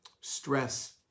stress